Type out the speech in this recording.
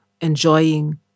enjoying